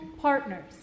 partners